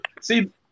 See